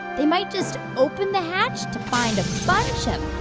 they might just open the hatch to find a bunch of